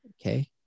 Okay